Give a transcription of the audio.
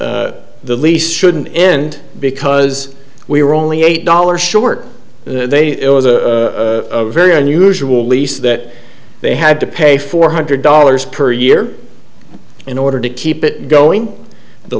the lease shouldn't end because we were only eight dollars short they it was a very unusual lease that they had to pay four hundred dollars per year in order to keep it going the